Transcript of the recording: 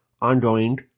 ongoing